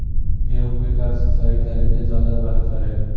गेंहू को कब सिंचाई करे कि ज्यादा व्यहतर हो?